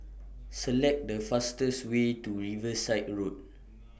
Select The fastest Way to Riverside Road